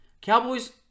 Cowboys